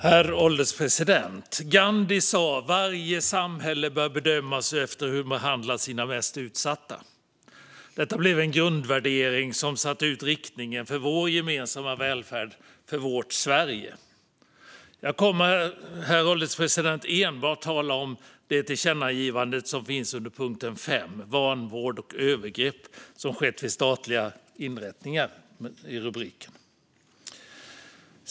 Herr ålderspresident! Gandhi sa att varje samhälle bör bedömas efter hur det behandlar sina mest utsatta. Detta blev en grundvärdering som satte ut riktningen för vår gemensamma välfärd - för vårt Sverige. Jag kommer att tala enbart om det tillkännagivande som föreslås under punkt 5, Vanvård och övergrepp som skett vid statliga inrättningar, herr ålderspresident.